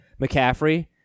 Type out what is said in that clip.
McCaffrey